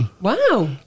Wow